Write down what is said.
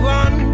one